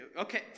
Okay